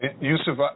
Yusuf